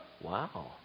wow